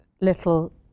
Little